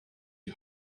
die